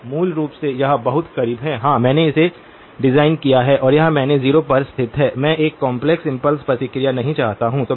तो मूल रूप से यह बहुत करीब है हां मैंने इसे डिजाइन किया है और यह मैंने 0 पर स्थित है मैं एक काम्प्लेक्स इम्पल्स प्रतिक्रिया नहीं चाहता हूं